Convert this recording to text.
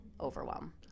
overwhelm